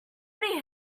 many